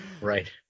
Right